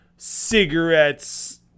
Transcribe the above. cigarettes